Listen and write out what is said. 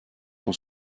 son